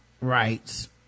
rights